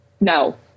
no